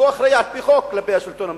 והוא אחראי על-פי חוק כלפי השלטון המקומי.